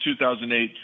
2008